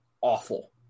awful